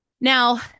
Now